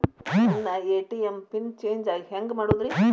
ನನ್ನ ATM pin change ಹೆಂಗ್ ಮಾಡೋದ್ರಿ?